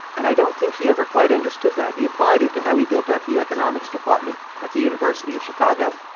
and i don't think he ever quite understood that. he applied it to how he built up the economics department at the university of chicago.